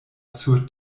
sur